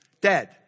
Dead